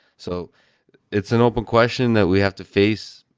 so it's an open question that we have to face.